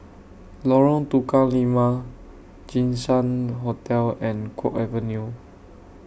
Lorong Tukang Lima Jinshan Hotel and Guok Avenue